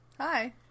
Hi